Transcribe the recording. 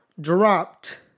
Dropped